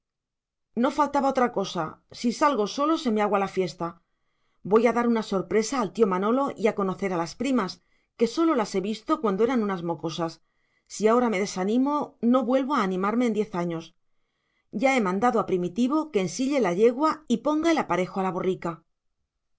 no faltaba otra cosa si salgo solo se me agua la fiesta voy a dar una sorpresa al tío manolo y a conocer a las primas que sólo las he visto cuando eran unas mocosas si ahora me desanimo no vuelvo a animarme en diez años ya he mandado a primitivo que ensille la yegua y ponga el aparejo a la borrica